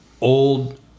old